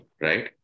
right